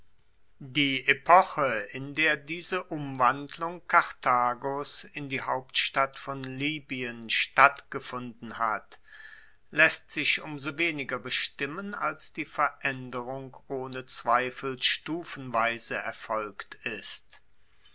die epoche in der diese umwandlung karthagos in die hauptstadt von libyen stattgefunden hat laesst sich um so weniger bestimmen als die veraenderung ohne zweifel stufenweise erfolgt ist